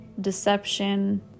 deception